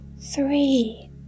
three